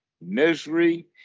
misery